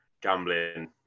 gambling